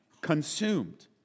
consumed